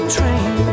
train